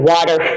Water